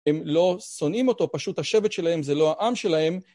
הם לא שונאים אותו, פשוט השבט שלהם זה לא העם שלהם.